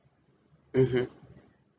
mmhmm